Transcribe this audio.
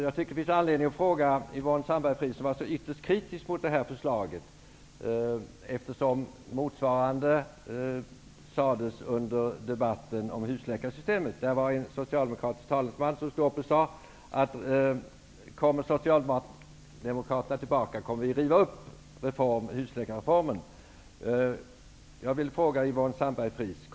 Jag tycker att det finns anledning att ställa en fråga till Yvonne Sandberg-Fries, som är ytterst kritisk mot förslaget. Under debatten om husläkarreformen sade en socialdemokratisk talesman, att om Socialdemokraterna kommer tillbaka till makten, kommer de att riva upp husläkarreformen.